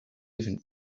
even